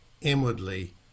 inwardly